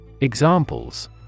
Examples